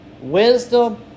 Wisdom